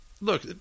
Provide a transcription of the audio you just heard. look